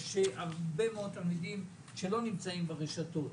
יש הרבה מאוד תלמידים שלא נמצאים ברשתות.